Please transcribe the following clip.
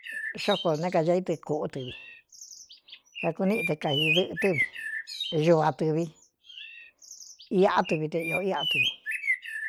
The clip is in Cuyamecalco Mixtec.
Xókó né kaīa í tɨ kūꞌú tɨvi kakuníꞌi te kaxi dɨꞌɨ tɨ́ vi ñuvā tɨvi iꞌá tɨvi te iō iꞌa tɨvi.